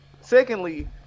Secondly